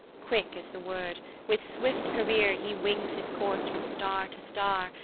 quick as the word, with swift career he wings his course from star to star,